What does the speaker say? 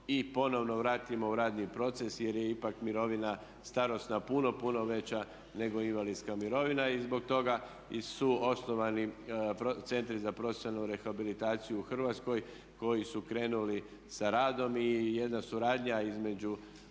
i ponovno vratimo u radni proces jer je ipak mirovina starosna puno, puno veća nego invalidska mirovina i zbog toga su osnovani centri za profesionalnu rehabilitaciju u Hrvatskoj koji su krenuli sa radom. I jedna suradnja između